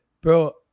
Bro